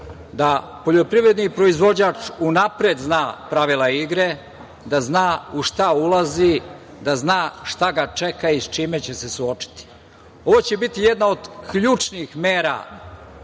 da poljoprivredni proizvođač unapred zna pravila igre, da zna u šta ulazi, da zna šta ga čeka i s čime će se suočiti. Ovo će biti jedna od ključnih mera,